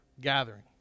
gathering